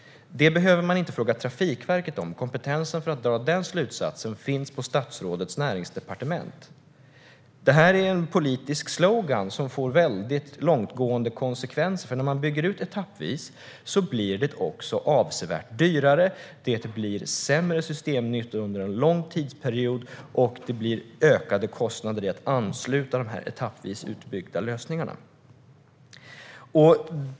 Detta behöver man inte fråga Trafikverket om. Kompetensen för att dra en sådan slutsats finns på statsrådets näringsdepartement. Det här är en politisk slogan som får väldigt långtgående konsekvenser. När man bygger ut etappvis blir det också avsevärt dyrare, det blir sämre systemnyttor under en lång tidsperiod och det blir ökade kostnader när man ska ansluta de etappvis utbyggda lösningarna.